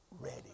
ready